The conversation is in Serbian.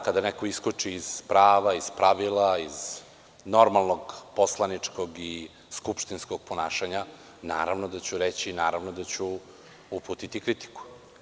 Kada neko iskoči iz prava, iz pravila, iz normalnog poslaničkog i skupštinskog ponašanja, naravno da ću reći i naravno da ću uputiti kritiku.